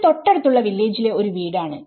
ഇത് തൊട്ടടുത്തുള്ള വില്ലേജിലെ ഒരു വീടാണ്